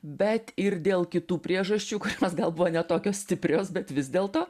bet ir dėl kitų priežasčių kurios gal buvo ne tokios stiprios bet vis dėlto